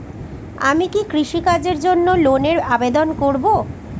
আমি কি কৃষিকাজের জন্য লোনের আবেদন করব?